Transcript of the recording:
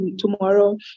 tomorrow